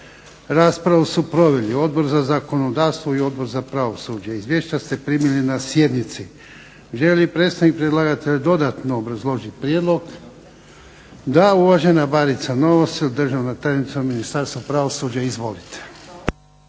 Raspravu su proveli Odbor za zakonodavstvo i Odbor za pravosuđe. Izvješća ste primili na sjednici. Želi li predstavnik predlagatelja dodatno obrazložiti prijedlog? Da. Uvažena Barica Novosel, državna tajnica u Ministarstvu pravosuđa. Izvolite.